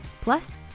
Plus